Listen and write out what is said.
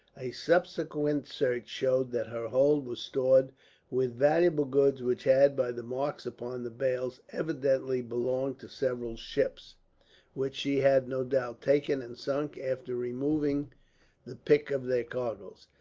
a subsequent search showed that her hold was stored with valuable goods which had, by the marks upon the bales, evidently belonged to several ships which she had, no doubt, taken and sunk after removing the pick of their cargoes.